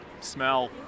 smell